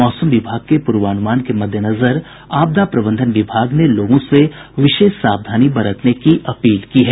मौसम विभाग के पूर्वानुमान के मद्देनजर आपदा प्रबंधन विभाग ने लोगों से विशेष सावधानी बरतने की अपील की है